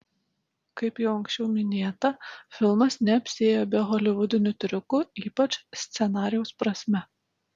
kaip jau anksčiau minėta filmas neapsiėjo be holivudinių triukų ypač scenarijaus prasme